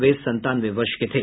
वे संतानवे वर्ष के थे